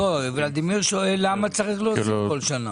--- ולדימיר שואל למה צריך להוסיף כל שנה.